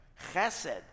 chesed